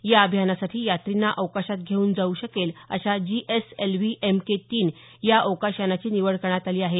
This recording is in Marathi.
या अभियानासाठी यात्रींना अवकाशात घेऊन जाऊ शकेल अशा G S L V M K तीन या अवकाशायानाची निवड करण्यात आली आहे